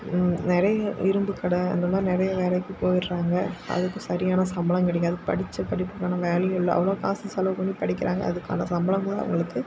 நிறைய இரும்பு கடை அந்த மாதிரி நிறைய வேலைக்கி போயிடறாங்க அதுக்கு சரியான சம்பளம் கிடைக்காது படித்த படிப்புக்கான வேலையும் இல்லை அவ்வளோவா காசு செலவு பண்ணி படிக்கிறாங்க அதுக்கான சம்பளமும் அவங்களுக்கு